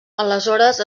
aleshores